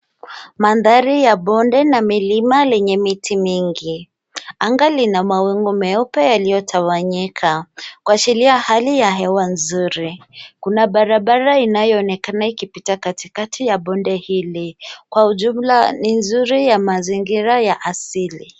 Mandhari ya bonde na milima lenye miti mingi. Anga lina mawingu meupe yaliyotawanyika kuashiria hali ya hewa nzuri. Kuna barabara inayooneka likipita katikati ya bonde hili. Kwa ujumla ni nzuri ya mazingira ya asili.